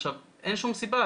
עכשיו אין שום סיבה,